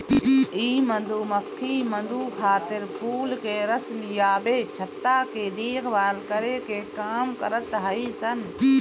इ मधुमक्खी मधु खातिर फूल के रस लियावे, छत्ता के देखभाल करे के काम करत हई सन